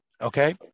Okay